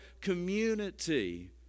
community